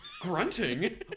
grunting